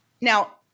Now